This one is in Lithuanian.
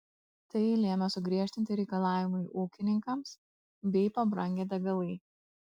tai lėmė sugriežtinti reikalavimai ūkininkams bei pabrangę degalai